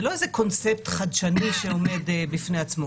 זה לא איזה קונספט חדשני שעומד בפני עצמו.